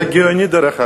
זה גאוני, דרך אגב.